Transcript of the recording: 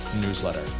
newsletter